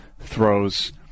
throws